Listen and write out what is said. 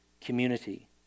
community